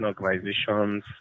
organizations